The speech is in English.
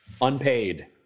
Unpaid